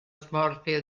smorfia